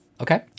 Okay